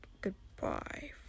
goodbye